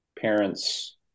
parents